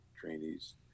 trainees